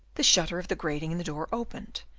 the shutter of the grating in the door opened,